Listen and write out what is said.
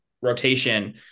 rotation